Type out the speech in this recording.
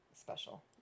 special